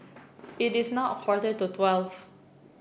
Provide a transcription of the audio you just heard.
it is now quarter to twelve